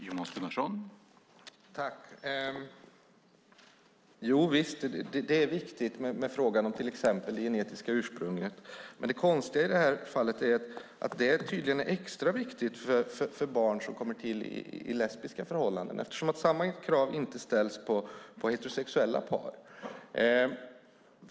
Herr talman! Jovisst, det är viktigt med frågan om till exempel det genetiska ursprunget. Men det konstiga i det här fallet är att det tydligen är extra viktigt för barn som kommer till i lesbiska förhållanden, eftersom samma krav inte ställs på heterosexuella par.